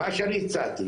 מה שאני הצעתי